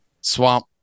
swamp